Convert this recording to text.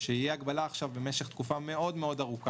שתהיה הגבלה עכשיו במשך תקופה ארוכה מאוד.